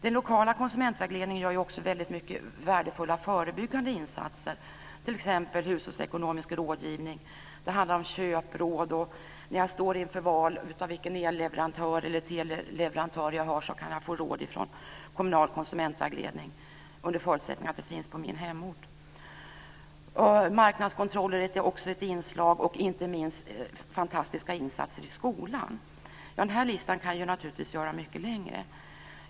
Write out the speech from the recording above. Den lokala konsumentvägledningen gör också väldigt många värdefulla förebyggande insatser, t.ex. hushållsekonomisk rådgivning. Det handlar om köpråd och råd när man står inför val av el eller teleleverantör. Jag kan då få råd från kommunal konsumentvägledning under förutsättning att sådan finns på hemorten. Marknadskontroller är också ett inslag och inte minst fantastiska insatser i skolan. Denna lista kan naturligtvis göras mycket längre.